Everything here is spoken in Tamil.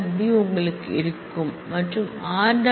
b உங்களுக்கு இருக்கும் மற்றும் r